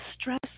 stress